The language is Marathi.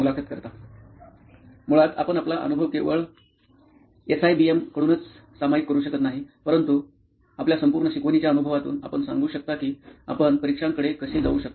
मुलाखत कर्ता मुळात आपण आपला अनुभव केवळ एसआयबीएम कडूनच सामायिक करू शकत नाही परंतु आपल्या संपूर्ण शिकवणी च्या अनुभवातून आपण सांगू शकता की आपण परीक्षांकडे कसे जाऊ शकता